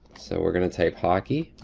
so we're gonna type hockey.